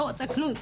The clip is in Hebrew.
לא רוצה כלום,